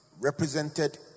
represented